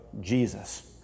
Jesus